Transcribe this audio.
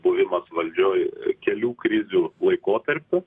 buvimas valdžioj kelių krizių laikotarpiu